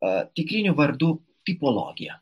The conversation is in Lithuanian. tikrinių vardų tipologiją